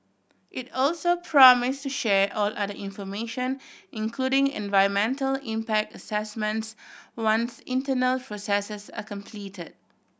it also promise to share all other information including environmental impact assessments once internal processes are complete